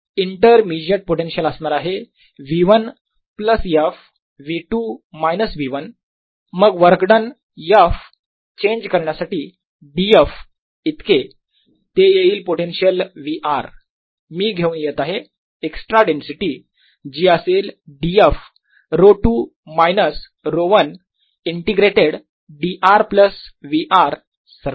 intermediate potential असणार आहे V1 plus f V2 minus V1 मग वर्क डन f चेंज करण्यासाठी df इतके ते येईल पोटेन्शियल V r मी घेऊन येत आहे एक्सट्रा डेन्सिटी जी असेल df ρ2 minus ρ1 integrated dr plus V r surface